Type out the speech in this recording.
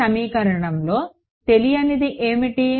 ఈ సమీకరణంలో తెలియనిది ఏమిటి